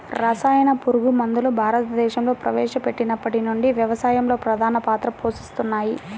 రసాయన పురుగుమందులు భారతదేశంలో ప్రవేశపెట్టినప్పటి నుండి వ్యవసాయంలో ప్రధాన పాత్ర పోషిస్తున్నాయి